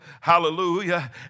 Hallelujah